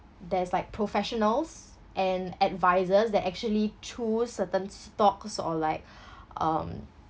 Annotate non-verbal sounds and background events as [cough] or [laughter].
there's like professionals and advisors that actually choose certain stocks or like [breath] um